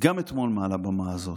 גם אתמול מעל הבימה הזאת,